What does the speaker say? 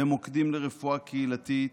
במוקדים לרפואה קהילתית,